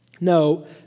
No